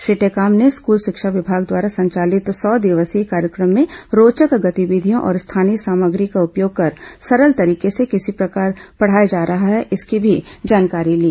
श्री टेकाम ने स्कूल शिक्षा विभाग द्वारा संचालित सौ दिवसीय कार्यक्रम में रोचक गतिविधियों और स्थानीय सामग्री का उपयोग कर सरल तरीके से किस प्रकार पढ़ाया जा रहा है इसकी भी जानकारी ली